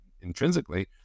intrinsically